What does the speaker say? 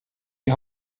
die